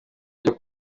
byo